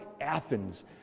Athens